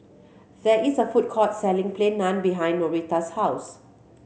there is a food court selling Plain Naan behind Norita's house